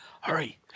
Hurry